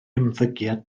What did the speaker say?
ymddygiad